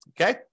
Okay